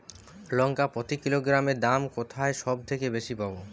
লঙ্কা প্রতি কিলোগ্রামে দাম কোথায় সব থেকে বেশি পাব?